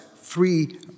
three